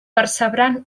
percebran